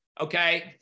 okay